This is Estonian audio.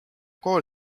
kool